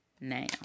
now